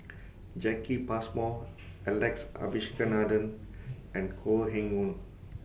Jacki Passmore Alex Abisheganaden and Koh Eng Hoon